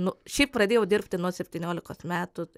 nu šiaip pradėjau dirbti nuo septyniolikos metų